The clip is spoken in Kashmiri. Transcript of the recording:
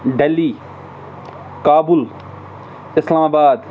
ڈیلی کابُل اِسلام آباد